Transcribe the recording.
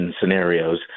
scenarios